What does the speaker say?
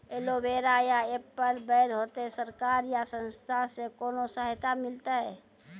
Aloe vera या apple बैर होते? सरकार या संस्था से कोनो सहायता मिलते?